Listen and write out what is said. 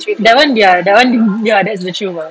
that one ya that one mm ya that's the truth ah